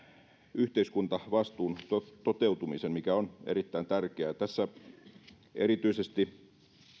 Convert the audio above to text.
yhteiskuntavastuun toteutumisen mikä on erittäin tärkeää erityisesti